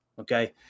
okay